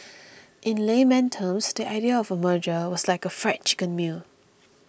in Layman terms the idea of merger was like a Fried Chicken meal